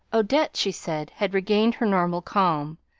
odette, she said, had regained her normal calm,